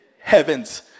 heavens